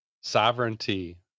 sovereignty